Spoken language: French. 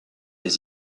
des